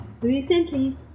Recently